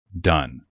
done